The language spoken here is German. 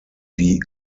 die